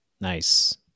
Nice